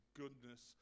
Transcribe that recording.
goodness